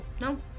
No